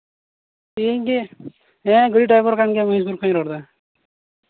ᱤᱧᱜᱮ ᱜᱟᱹᱰᱤ ᱰᱟᱭᱵᱷᱟᱨ ᱠᱟᱱ ᱜᱤᱭᱟᱹᱧ ᱢᱚᱦᱤᱥᱩᱨ ᱠᱷᱚᱱᱤᱧ ᱨᱚᱲᱫᱟ